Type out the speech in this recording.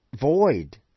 void